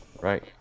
Right